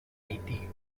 haití